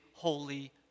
holy